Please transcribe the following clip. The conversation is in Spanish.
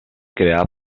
creada